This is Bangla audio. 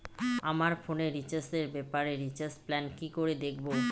আমার ফোনে রিচার্জ এর ব্যাপারে রিচার্জ প্ল্যান কি করে দেখবো?